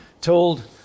told